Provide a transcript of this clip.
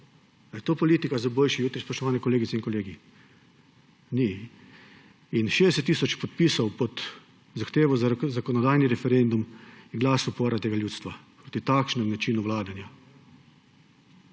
je to politika za boljši jutri, spoštovane kolegice in kolegi? Ni. In 60 tisoč podpisov pod zahtevo za zakonodajni referendum je glas upora tega ljudstva proti takšnemu načinu vladanja.